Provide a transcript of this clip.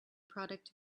product